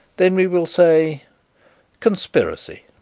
then we will say conspiracy.